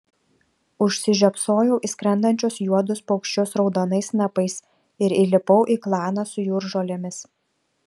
užsižiopsojau į skrendančius juodus paukščius raudonais snapais ir įlipau į klaną su jūržolėmis